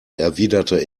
erwiderte